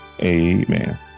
amen